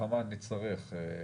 כמה נצטרך?